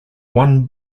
won